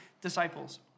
disciples